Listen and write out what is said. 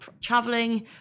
traveling